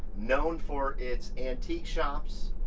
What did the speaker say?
known for its antique shops.